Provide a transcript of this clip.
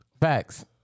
Facts